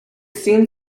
seems